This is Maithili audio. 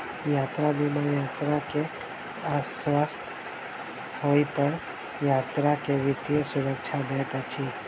यात्रा बीमा यात्रा में अस्वस्थ होइ पर यात्री के वित्तीय सुरक्षा दैत अछि